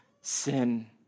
sin